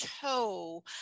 toe